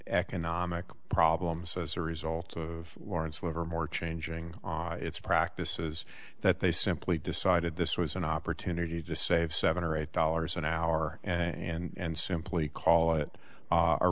economic problems as a result of lawrence livermore changing its practices that they simply decided this was an opportunity to save seven or eight dollars an hour and simply call it